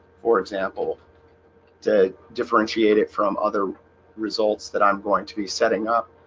for example to differentiate it from other results that i'm going to be setting up